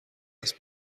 است